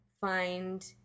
find